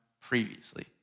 previously